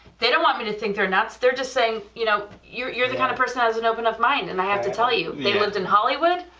they don't want me to think they're nuts. they're just saying you know you're you're the kind of person that has an open enough mind and i have to tell you, they lived in hollywood.